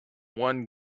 one